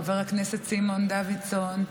חבר הכנסת סימון דוידסון,